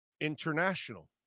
international